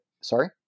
Sorry